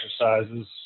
exercises